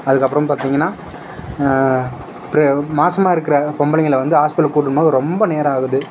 அதுக்கப்புறம் பார்த்திங்கன்னா பெ மாதமா இருக்கிற பொம்பளைங்களை வந்து ஹாஸ்பிட்டல் கூட்டின்னு போனால் ரொம்ப நேரம் ஆகுது